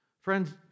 Friends